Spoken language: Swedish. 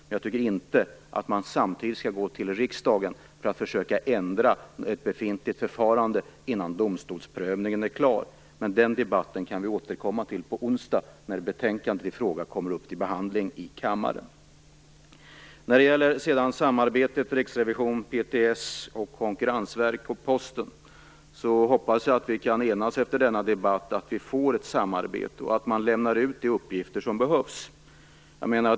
Men jag tycker inte att man skall gå till riksdagen och försöka ändra ett befintligt förfarande innan domstolsprövningen är klar. Men den debatten kan vi återkomma till på onsdag när betänkandet i fråga kommer upp till behandling i kammaren. När det gäller samarbetet mellan Riksrevisionsverket, Post och telestyrelsen, Konkurrensverket och Posten hoppas jag att vi efter denna debatt kan enas, att vi får ett samarbete och att man lämnar ut de uppgifter som behövs.